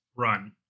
run